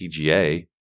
PGA